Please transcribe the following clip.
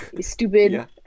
Stupid